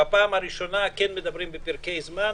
בפעם הראשונה אנחנו מדברים בפרקי זמן.